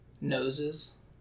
Noses